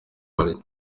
barya